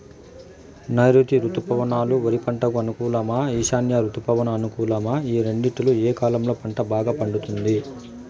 నైరుతి రుతుపవనాలు వరి పంటకు అనుకూలమా ఈశాన్య రుతుపవన అనుకూలమా ఈ రెండింటిలో ఏ కాలంలో పంట బాగా పండుతుంది?